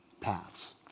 paths